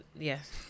yes